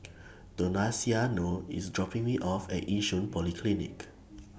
Donaciano IS dropping Me off At Yishun Polyclinic